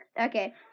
okay